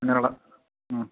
അങ്ങനെയള്ള ആ